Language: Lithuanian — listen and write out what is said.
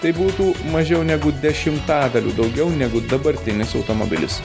tai būtų mažiau negu dešimtadaliu daugiau negu dabartinis automobilis